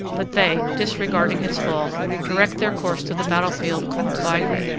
but they, disregarding its fall, direct their course to the battlefield called vigrid.